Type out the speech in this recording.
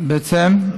תרחיב קצת.